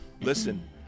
Listen